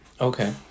Okay